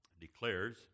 declares